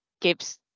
gives